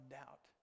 doubt